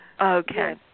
Okay